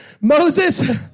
Moses